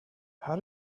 how